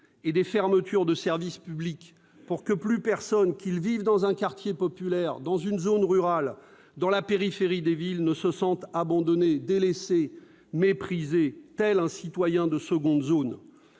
et des fermetures de services publics pour que plus un seul habitant de notre pays, qu'il vive dans un quartier populaire, en zone rurale ou dans la périphérie des villes, ne se sente abandonné, délaissé, méprisé, tel un citoyen de seconde zone